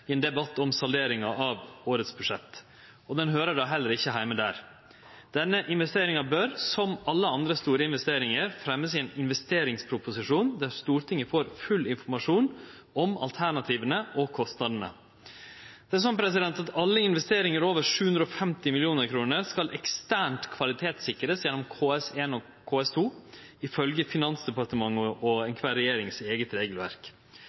i ein debatt om salderinga av årets budsjett – og den høyrer da heller ikkje heime der. Denne investeringa bør, som alle andre store investeringar, fremjast i ein investeringsproposisjon, der Stortinget får full informasjon om alternativa og kostnadane. Alle investeringar over 750 mill. kr skal eksternt kvalitetssikrast gjennom KS1 og KS2, ifølgje Finansdepartementet og